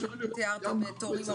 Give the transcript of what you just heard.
גם תיארתם תורים ארוכים.